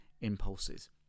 impulses